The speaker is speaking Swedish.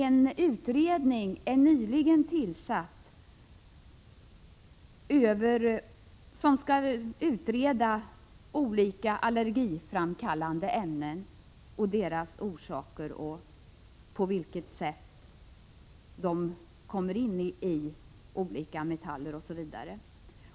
En utredning är nyligen tillsatt som skall ta reda på olika allergiframkallande ämnen, deras orsaker, på vilket sätt de kommer in i olika metaller osv.